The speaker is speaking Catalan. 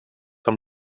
amb